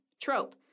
trope